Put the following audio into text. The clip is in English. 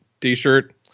t-shirt